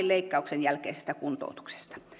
leikkauksen jälkeisestä kuntoutuksestaan